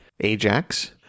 Ajax